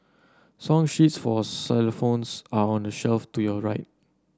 song sheets for xylophones are on the shelf to your right